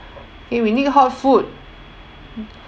okay we need hot food mm